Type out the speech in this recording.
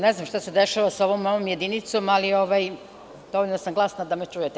Ne znam šta se dešava sa ovom novom jedinicom, ali dovoljno sam glasna da me čujete.